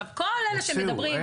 הוציאו.